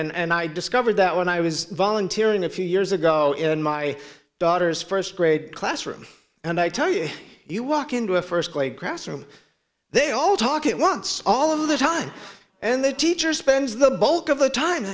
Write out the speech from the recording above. learn and i discovered that when i was volunteering a few years ago in my daughter's first grade classroom and i tell you you walk into a first grade class room they all talk at once all of the time and the teacher spends the bulk of the time